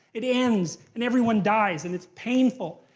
it ends, and everyone dies, and it's painful.